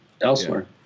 elsewhere